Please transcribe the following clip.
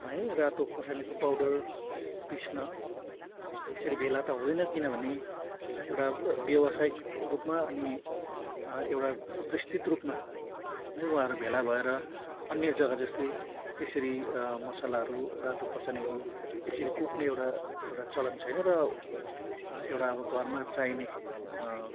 है रातो खोर्सानीको पाउडर पिस्न यसरी भेला त हुँदैन किनभने एउटा व्यावसायिक रूपमा अनि एउटा विस्तृत रूपमा है उहाँहरू भेला भएर अन्य जग्गा जस्तै यसरी मसलाहरू रातो खोर्सानीहरू यसरी कुट्ने एउटा एउटा चलन छैन र एउटा अब घरमा चाहिने